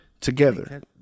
together